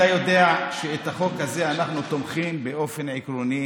אתם יודעים שבחוק הזה אנחנו תומכים באופן עקרוני,